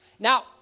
Now